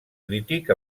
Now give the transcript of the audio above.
crític